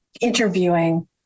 interviewing